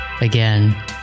Again